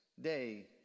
day